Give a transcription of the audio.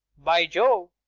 by jove!